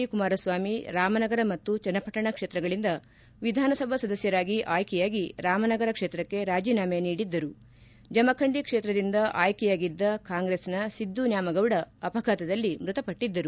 D Kumaraswamy Ramanagara ಮತ್ತು ಚನ್ನಪಟ್ಟಣ ಕ್ಷೇತ್ರಗಳಿಂದ ವಿಧಾನ ಸಭಾ ಸದಸ್ಯರಾಗಿ ಆಯ್ಕೆಯಾಗಿ ರಾಮನಗರ ಕ್ಷೇತ್ರಕ್ಕೆ ರಾಜೀನಾಮೆ ನೀಡಿದ್ದರು ಜಮಖಂಡಿ ಕ್ಷೇತ್ರದಿಂದ ಆಯ್ಕೆಯಾಗಿದ್ದ ಕಾಂಗ್ರಸ್ನ ಸಿದ್ದು ನ್ಯಾಮಗೌಡ ಅಪಘಾತದಲ್ಲಿ ಮೃತಪಟ್ಟದ್ದರು